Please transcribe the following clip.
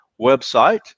website